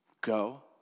Go